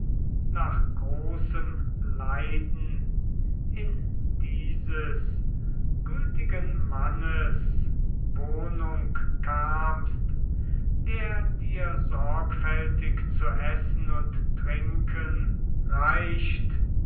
nach großem leiden in dieses gütigen mannes wohnung kamst der dir sorgfältig zu essen und trinken reicht